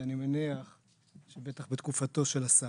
ואני מניח שבטח בתקופתו של השר.